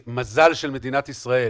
המזל של מדינת ישראל